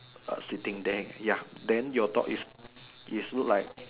err siting there ya then your dog is is look like